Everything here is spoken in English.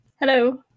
Hello